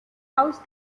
housed